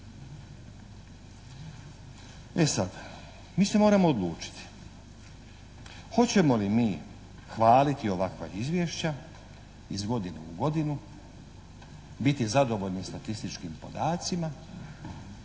E sad, mi se moramo odlučiti hoćemo li mi hvaliti ovakva izvješća iz godine u godinu, biti zadovoljni statističkim podacima